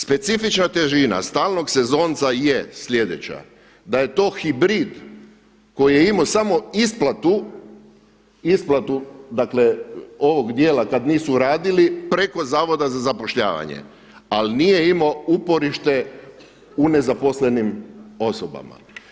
Specifična težina stalnog sezonca je sljedeća, da je to hibrid koji je imao samo isplatu dakle ovog dijela kada nisu radili preko Zavoda za zapošljavanje, ali nije imao uporište u nezaposlenim osobama.